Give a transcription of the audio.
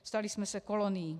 Stali jsme se kolonií.